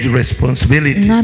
responsibility